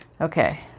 okay